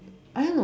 I don't know